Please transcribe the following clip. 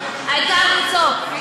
העיקר לצעוק,